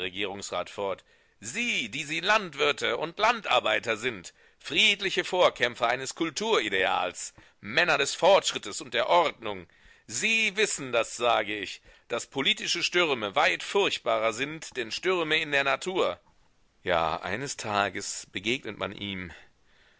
sie die sie landwirte und landarbeiter sind friedliche vorkämpfer eines kulturideals männer des fortschrittes und der ordnung sie wissen das sage ich daß politische stürme weit furchtbarer sind denn stürme in der natur ja eines tages begegnet man ihm